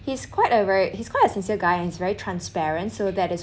he's quite a ve~ he's quite a sincere guy he is very transparent so that is